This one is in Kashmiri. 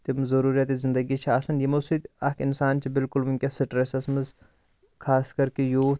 تِم ضروٗرِیاتی زِندگی چھِ آسان یِمو سۭتۍ اکھ اِنسان چھُ بِلکُل وٕنکیٚس سِٹریسَس منٛز خاص کَر کہِ یوٗتھ